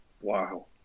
Wow